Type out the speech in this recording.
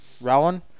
Rowan